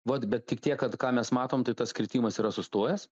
vat bet tik tiek kad ką mes matom tai tas kritimas yra sustojęs